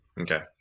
Okay